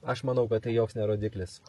aš manau kad tai joks ne rodiklis